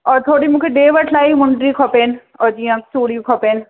और थोड़ियूं मूंखे ॾिए वठि लाइ ई मुंडियूं खपनि और जीअं चूड़ियूं खपनि